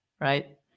right